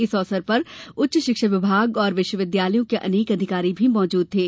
इस अवसर पर उच्च शिक्षा विभाग और विश्वविद्यालयों के अनेक अधिकारी भी मौजूद थे